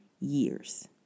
years